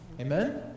Amen